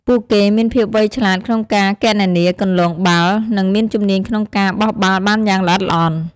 ពួកគេមានភាពវៃឆ្លាតក្នុងការគណនាគន្លងបាល់ និងមានជំនាញក្នុងការបោះបាល់បានយ៉ាងល្អិតល្អន់។